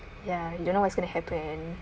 ya you don't know what's going to happen